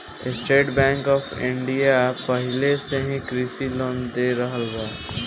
estate bank of India पाहिले से ही कृषि लोन दे रहल बा